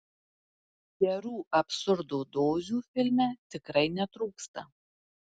gerų absurdo dozių filme tikrai netrūksta